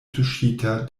tuŝita